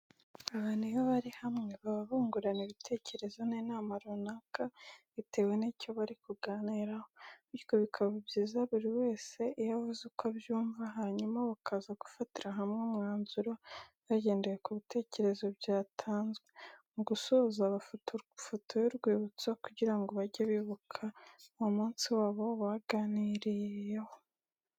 Abantu iyo bari hamwe baba bungurana ibitekerezo n'inama runaka bitewe n'icyo bari kuganira ho bityo bikaba byiza buri wese iyo avuze uko abyumva hanyuma bakaza gufatira hamwe umwanzuro bagendeye ku bitekerezo byatanzwe, mu gusoza bafata ifoto y'urwibutso kugira ngo bajye bibuka uwo munsi wabo baganiririyeho.